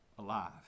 Alive